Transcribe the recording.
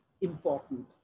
important